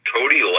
Cody